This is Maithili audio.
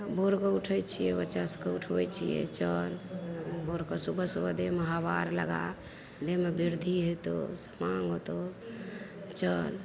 भोरके उठैत छियै बच्चा सबके उठबै छियै चल भोरके सुबह सुबह देहमे हबा आर लगा देहमे बृद्धि होयतहुँ समाङ्ग होयतहुँ चल